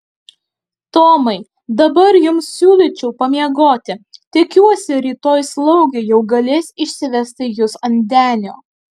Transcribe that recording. tomai dabar jums siūlyčiau pamiegoti tikiuosi rytoj slaugė jau galės išsivesti jus ant denio